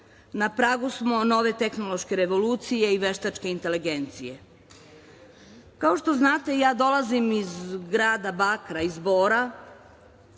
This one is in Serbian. Na pragu smo nove tehnološke revolucije i veštačke inteligencije. Kao što znate, dolazim iz grada bakra, iz Bora.